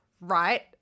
right